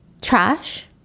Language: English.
Trash